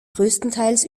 größtenteils